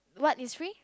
what is free